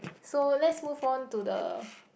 so let's move on to the